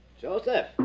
Joseph